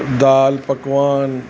दालि पकवान